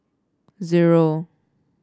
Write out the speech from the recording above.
zero